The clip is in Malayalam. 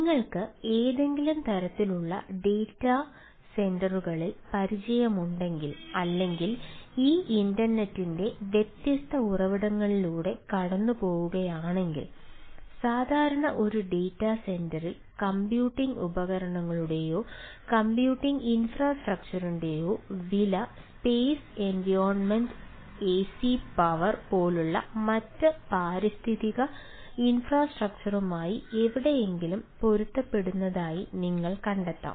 നിങ്ങൾക്ക് ഏതെങ്കിലും തരത്തിലുള്ള ഡാറ്റാ സെന്ററുകളിൽമായി എവിടെയെങ്കിലും പൊരുത്തപ്പെടുന്നതായി നിങ്ങൾ കണ്ടെത്തും